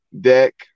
deck